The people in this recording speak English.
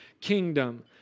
kingdom